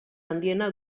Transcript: handiena